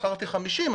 מכרתי 50,